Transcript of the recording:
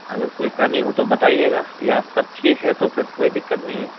اگر کوئی کمی ہو تو بتائیے گا یا سب ٹھیک ہے تو پھر کوئی دقت نہیں ہے